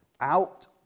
Out